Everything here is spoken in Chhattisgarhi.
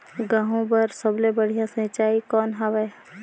गहूं बर सबले बढ़िया सिंचाई कौन हवय?